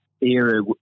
era